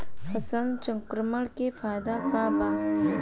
फसल चक्रण के फायदा का बा?